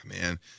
Man